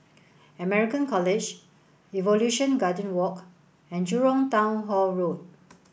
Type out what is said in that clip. American College Evolution Garden Walk and Jurong Town Hall Road